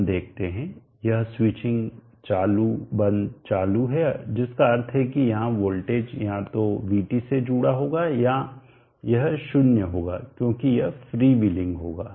हमें देखते हैं यह स्विचिंग चालू बंद चालू है जिसका अर्थ है कि यहाँ वोल्टेज या तो vt से जुड़ा होगा या यह 0 होगा क्योंकि यह फ्रीवेलिंग होगा